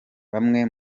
bamwe